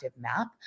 map